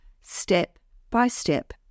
step-by-step